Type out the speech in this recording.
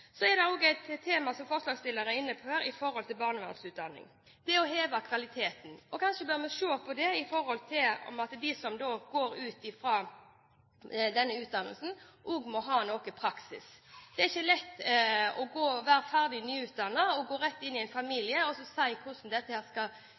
Et tema som forslagsstillerne er inne på når det gjelder barnevernsutdanningen, er å heve kvaliteten. Kanskje bør vi se på det med tanke på om ikke de som går ut fra denne utdannelsen, også må ha noe praksis. Det er ikke like lett å være ferdig nyutdannet og så gå rett inn i en